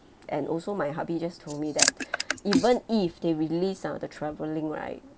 and also my hubby just told me that even if they release ah the travelling right